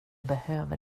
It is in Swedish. behöver